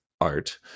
art